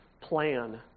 plan